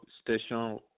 station